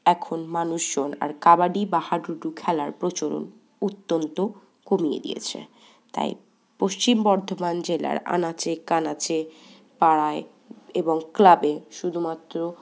এখন মানুষজন আর কাবাডি বা হাডুডু খেলার প্রচলন অত্যন্ত কমিয়ে দিয়েছে তাই পশ্চিম বর্ধমান জেলার আনাচে কানাচে পাড়ায় এবং ক্লাবে শুধুমাত্র